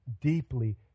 deeply